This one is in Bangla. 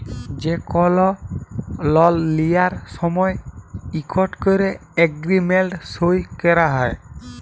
যে কল লল লিয়ার সময় ইকট ক্যরে এগ্রিমেল্ট সই ক্যরা হ্যয়